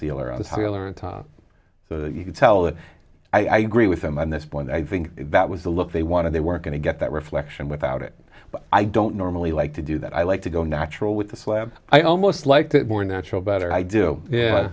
that you can tell that i agree with him on this point i think that was the look they wanted they weren't going to get that reflection without it i don't normally like to do that i like to go natural with the slab i almost like the more natural better i do